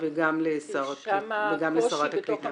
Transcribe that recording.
כי שם הקושי בתוך הממשלה.